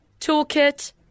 toolkit